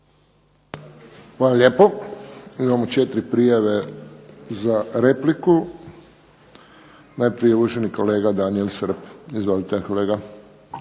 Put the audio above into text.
Hvala lijepo. Imamo 4 prijave za repliku. Najprije uvaženi kolega Daniel Srb, izvolite kolega.